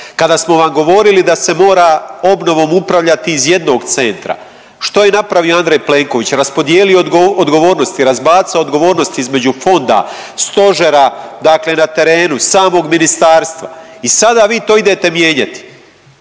Kada smo vam govorili da se mora obnovom upravljati iz jednog centra što je napravio Andrej Plenković, raspodijelio odgovornosti, razbacao odgovornosti između fonda, stožera dakle na terenu samog ministarstva. I sada vi to idete mijenjati.